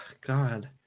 God